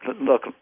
look